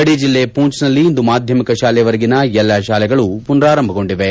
ಗಡಿ ಜಿಲ್ಲೆ ಪೂಂಚ್ನಲ್ಲಿ ಇಂದು ಮಾಧ್ಯಮಿಕ ಶಾಲೆಯವರೆಗಿನ ಎಲ್ಲ ಶಾಲೆಗಳೂ ಪುನಾರಂಭಗೊಂಡಿವೆ